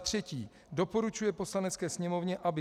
3. Doporučuje Poslanecké sněmovně, aby